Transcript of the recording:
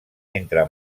entre